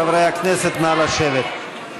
חברי הכנסת, נא לשבת.